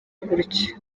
gutyo